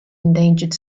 endangered